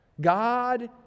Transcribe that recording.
God